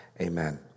Amen